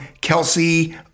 Kelsey